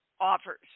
offers